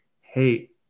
hey